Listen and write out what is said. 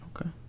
Okay